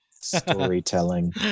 Storytelling